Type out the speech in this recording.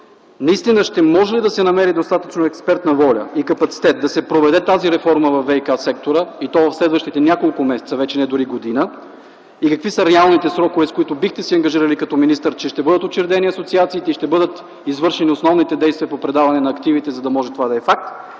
Първо, ще може ли да се намери достатъчно експертна воля и капацитет да се проведе тази реформа във ВиК сектора, и то в следващите няколко месеца, вече дори не година, и какви са реалните срокове, с които бихте се ангажирали като министър, че ще бъдат учредени асоциациите и ще бъдат извършени основните действия по предаване на активите, за да може това да е факт?